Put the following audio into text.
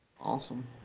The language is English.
awesome